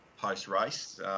post-race